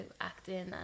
acting